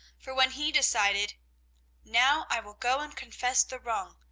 for when he decided now, i will go and confess the wrong,